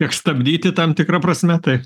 teks stabdyti tam tikra prasme taip